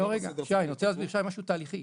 אני רוצה להסביר משהו תהליכי.